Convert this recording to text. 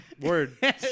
word